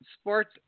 sports